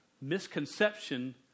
Misconception